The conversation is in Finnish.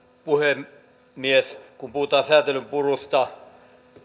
puhemies kun puhutaan säätelyn purusta